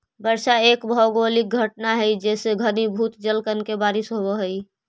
वर्षा एक भौगोलिक घटना हई जेसे घनीभूत जलकण के बारिश होवऽ हई